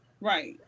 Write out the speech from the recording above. Right